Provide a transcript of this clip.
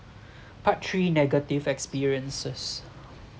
part three negative experiences